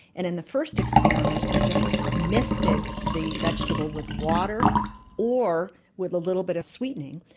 and in the first experiment we just misted the vegetable with water or with a little bit of sweetening,